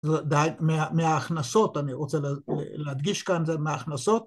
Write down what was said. מההכנסות, אני רוצה להדגיש כאן זה מההכנסות